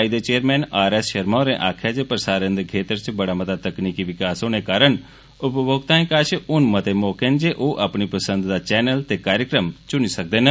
प् दे chairman R S Sharma होरें आखेआ जे प्रसारण दे खेत्तर च बड़ा मता तकनीकी विकास होने कारण उपभोक्ताएं कष मते मौके न जे ओह् अपनी पसंद दा चैनल ते कार्यक्रम चुनी सकदे न